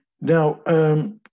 Now